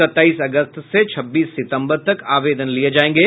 सत्ताईस अगस्त से छब्बीस सितम्बर तक आवेदन लिये जायेंगे